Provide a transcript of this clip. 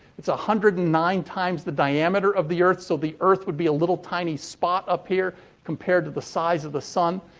it's one hundred and nine times the diameter of the earth, so the earth would be a little, tiny spot up here compared to the size of the sun.